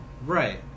Right